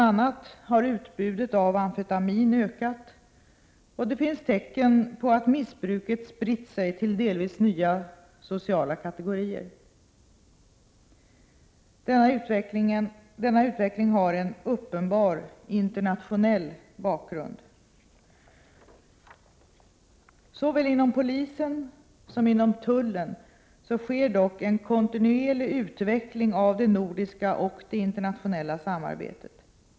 a. har utbudet av amfetamin ökat, och det finns tecken på att missbruket spritt sig till delvis nya sociala kategorier. Denna utveckling har en uppenbar internationell bakgrund. Såväl inom polisen som inom tullen sker dock en kontinuerlig utveckling av det nordiska och internationella samarbetet.